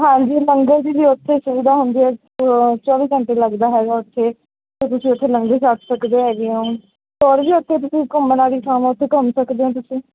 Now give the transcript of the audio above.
ਹਾਂਜੀ ਲੰਗਰ ਦੀ ਵੀ ਉੱਥੇ ਸੁਵਿਧਾ ਹੁੰਦੀ ਹੈ ਚੋ ਚੌਵੀ ਘੰਟੇ ਲੱਗਦਾ ਹੈਗਾ ਉੱਥੇ ਅਤੇ ਤੁਸੀਂ ਉੱਥੇ ਲੰਗਰ ਛਕ ਸਕਦੇ ਹੈਗੇ ਹੋ ਅਤੇ ਹੋਰ ਵੀ ਉੱਥੇ ਤੁਸੀਂ ਘੁੰਮਣ ਵਾਲੀ ਥਾਵਾਂ 'ਤੇ ਘੁੰਮ ਸਕਦੇ ਹੋ ਤੁਸੀਂ